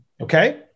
Okay